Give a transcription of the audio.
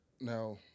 Now